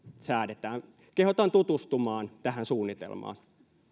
säädetään kehotan tutustumaan tähän suunnitelmaan